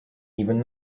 even